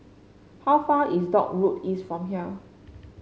how far is Dock Road East from here